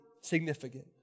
significant